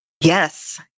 Yes